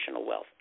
wealth